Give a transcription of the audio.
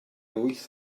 wyth